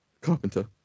Carpenter